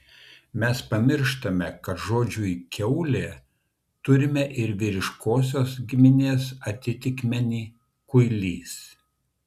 mes pamirštame kad žodžiui kiaulė turime ir vyriškosios giminės atitikmenį kuilys